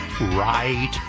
right